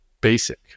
basic